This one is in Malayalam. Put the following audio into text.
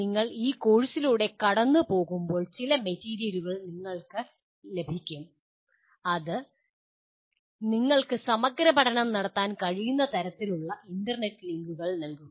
നിങ്ങൾ ഈ കോഴ്സിലൂടെ കടന്നു പോകുമ്പോൾ ചില മെറ്റീരിയലുകൾ നിങ്ങൾക്ക് ലഭ്യമാക്കും അത് നിങ്ങൾക്ക് സമഗ്രപഠനം നടത്താൻ കഴിയുന്ന തരത്തിലുള്ള ഇൻ്റർനെറ്റ് ലിങ്കുകൾ നൽകും